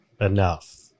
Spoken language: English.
enough